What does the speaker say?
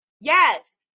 Yes